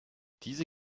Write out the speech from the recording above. diese